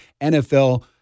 NFL